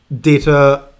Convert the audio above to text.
data